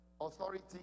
authority